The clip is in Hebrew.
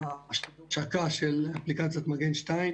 ההשקה של אפליקציית מגן 2,